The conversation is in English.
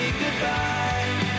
goodbye